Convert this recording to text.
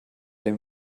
dem